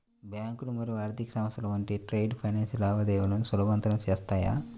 బ్యాంకులు మరియు ఆర్థిక సంస్థలు వంటివి ట్రేడ్ ఫైనాన్స్ లావాదేవీలను సులభతరం చేత్తాయి